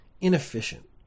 inefficient